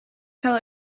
tell